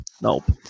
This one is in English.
nope